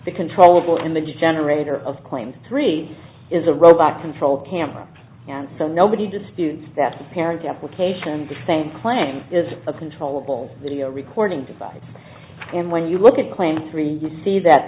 the controllable image generator of claims three is a robot controlled camera and so nobody disputes that apparently applications the same claim is a controllable video recording device and when you look at claim three you see that